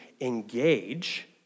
engage